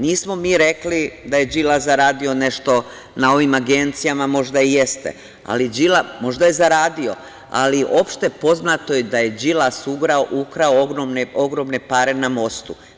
Nismo mi rekli da je Đilas zaradio nešto na ovim agencijama, možda i jeste, možda je zaradio, ali je opšte poznato da je Đilas ukrao ogromne pare na mostu.